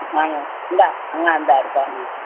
ஆ இந்தா ஆ இந்தா எடுத்து தாரேன்